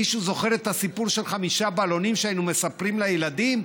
מישהו זוכר את הסיפור של חמישה בלונים שהיינו מספרים לילדים?